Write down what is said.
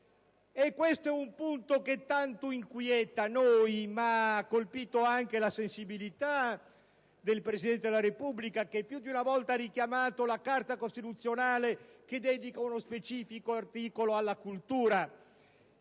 Questo è un punto che tanto inquieta noi, ma che ha colpito anche la sensibilità del Presidente della Repubblica, che più di una volta ha richiamato la Carta costituzionale, che dedica uno specifico articolo alla cultura